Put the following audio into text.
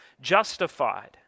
justified